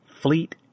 Fleet